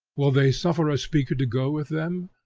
will they suffer a speaker to go with them?